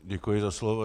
Děkuji za slovo.